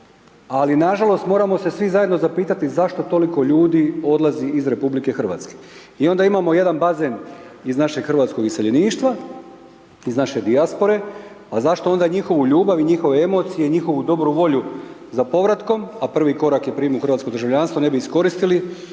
Ali nažalost moramo se svi zajedno zapitati zašto toliko ljudi odlazi iz RH. I onda imamo jedan bazen iz našeg hrvatskog iseljeništva, iz naše dijaspore, pa zašto onda njihovu ljubav i njihove emocije i njihovu dobru volju za povratkom, a prvi korak je .../Govornik se ne razumije./... hrvatsko državljanstvo ne bi iskoristili